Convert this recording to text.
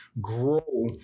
grow